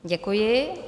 Děkuji.